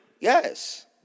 Yes